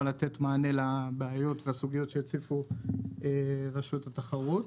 לתת מענה לבעיות ולסוגיות שהציפו רשות התחרות.